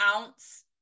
ounce